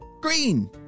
green